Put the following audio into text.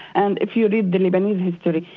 and if you read the lebanese history,